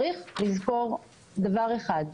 צריך לזכור דבר אחד: